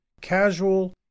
Casual